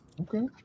okay